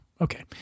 Okay